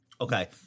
Okay